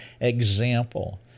example